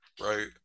right